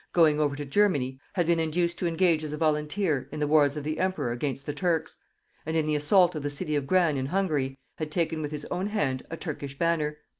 going over to germany, had been induced to engage as a volunteer in the wars of the emperor against the turks and in the assault of the city of gran in hungary had taken with his own hand a turkish banner.